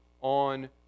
on